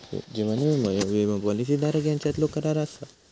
जीवन विमो ह्यो विमो पॉलिसी धारक यांच्यातलो करार असा